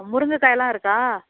முருங்கைக்காயெல்லாம் இருக்கா